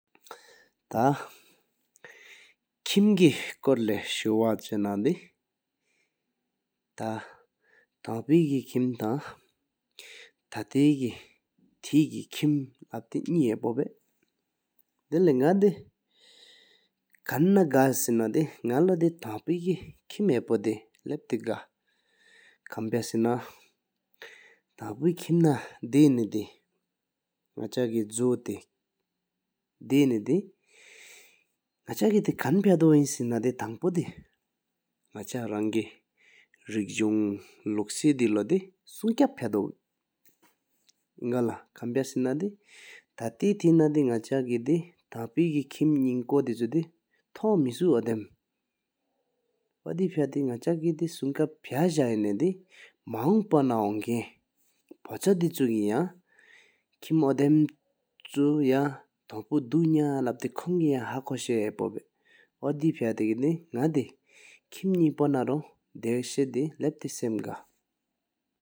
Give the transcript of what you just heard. ཐ་ཁིམ་གེ་སྐོར་ལེ་ཤུ་ཝ་ཆ་ན་དེ། ཐ་ཐང་པེ་ཧེ་ཁིམ་ཐང་ཐ་ཏེ་ཀེ་ཐེ་ཀེ་ཀིམ་ལབ་ཏེ་ནི་ལཔོ་བ། དེ་ལེ་ནག་དེ་ཁ་ན་དག་གས་ན་དེ་ན་ལོ་དེ་ཐང་པེ་ཁིམ་ཧཔ་དེ་ལབ་ཏེ་གཱ། ཁམ་ཕ་སེ་ན་ཐང་པ་ཁིམ་ན་དེ་ནེ་དེ་ན་ཆ་ཀེ་གོ་ཏེ་དེ་ནེ་དེ ན་ག་ཆ་ཀ་དེ་ཁེན་ཕ་དོ་སེ་ན་དེ་ཐང་ཕུ་དེ་ནག་ཆ་རོང་གེ་རེག་ཟོང་ལུགས་སེའི་དལོ་དེ་སུང་ཀ་པ་ཕ་དོ། ཨིང་ལ་ཁམ་ཕ་སེ་ན་དེ་ཐ་ཏེ་ཐེ་ན་དེ་ནག་ཆ་ཀེ་དེ་ཐང་པེ་ཁིམ་ནིན་ཀུ་དེབ་ཅྭ་དེ་ཐོང་མེ་སུ་ཨོ་དམ་ཨོ་དེ་ཕ་ཏེ་གེ་ནག་ཆ་ཀེ་དེ། སུང་ཀེབ་ཕ་ཨ་ཇ་ཧེ་ན་དེ་མ་ཧོང་པོ་ན་ལོང་ཁ་ན་པོན་ཆོ་དེ་ཅུ་ཀེ་ཡང་ཁིམ་ཨོ་དམ་ཆུ་ཡང་ཐོང་ཕུ་དུ་ན་ལབ་ཏེ་ཁོང་གེ་ཡང་ཧ་ཁོ་ཤ་ཧ་པོ་བ། ཨོ་དེ་ཕ་ཏེ་གེ་ནག་དེ་ཁིམ་ནང་ཀོ་ནང་ལོ་དཱ་ཤ་དེ་ལ་པོ་སམ་གྱ་།